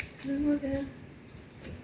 I don't know eh